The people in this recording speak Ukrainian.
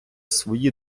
свої